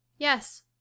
yes